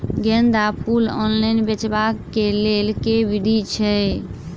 गेंदा फूल ऑनलाइन बेचबाक केँ लेल केँ विधि छैय?